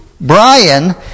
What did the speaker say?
Brian